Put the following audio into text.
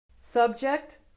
subject